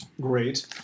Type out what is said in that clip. Great